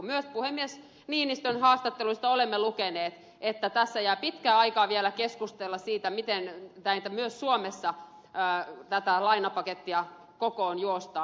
myös puhemies niinistön haastatteluista olemme lukeneet että tässä jää pitkä aika vielä keskustella siitä miten myös suomessa tätä lainapakettia kokoon juostaan